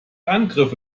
angriffe